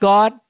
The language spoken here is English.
God